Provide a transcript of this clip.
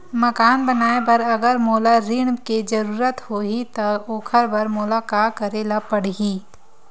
मकान बनाये बर अगर मोला ऋण के जरूरत होही त ओखर बर मोला का करे ल पड़हि?